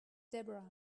deborah